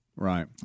Right